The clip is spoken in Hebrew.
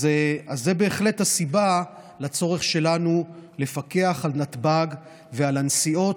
אז זו באמת הסיבה לצורך שלנו לפקח על נתב"ג ועל הנסיעות,